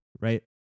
right